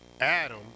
Adam